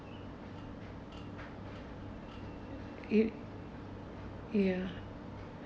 it ya